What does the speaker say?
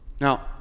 Now